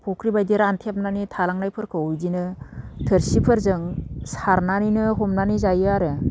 फुख्रि बायदि रानथेबनानै थालांनायफोरखौ बिदिनो थोरसिफोरजों सारनानैनो हमनानै जायो आरो